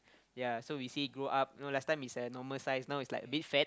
ya so we say grow up you know last time is a normal size now is like a bit fat